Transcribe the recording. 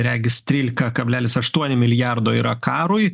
regis trylika kablelis aštuoni milijardo yra karui